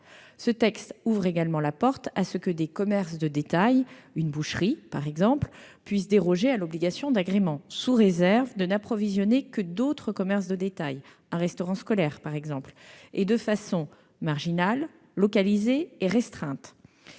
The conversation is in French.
Ce texte permet également aux commerces de détail, une boucherie par exemple, de déroger à l'obligation d'agrément, sous réserve de n'approvisionner que d'autres commerces de détail, un restaurant scolaire par exemple, et de façon « marginale, localisée et restreinte